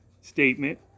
statement